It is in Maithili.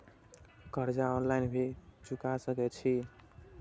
कर्जा ऑनलाइन भी चुका सके छी?